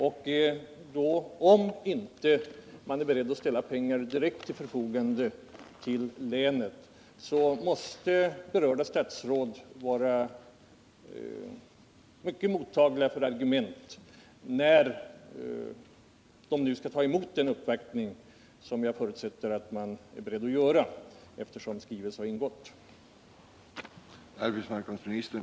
Om man inte är beredd att ställa pengar till förfogande direkt till länet, måste berörda statsråd därför vara mycket mottagliga för argument när de nu skall ta emot den uppvaktning som jag förutsätter att man är beredd att ta emot, eftersom statsråden fått en sådan begäran.